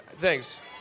thanks